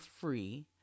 free